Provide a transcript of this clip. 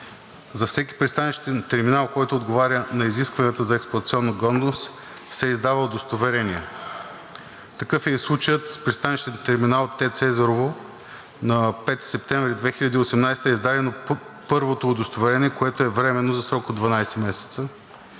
за всеки пристанищен терминал, който отговаря на изискванията за експлоатационна годност, и се издава удостоверение. Такъв е и случаят с Пристанище терминал ТЕЦ Езерово. На 5 септември 2018 г. е издадено първото удостоверение, което е временно за срок от 12 месеца.